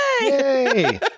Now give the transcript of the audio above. Yay